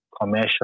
commercial